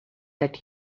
that